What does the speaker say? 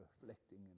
reflecting